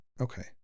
Okay